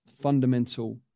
fundamental